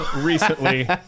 recently